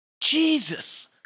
Jesus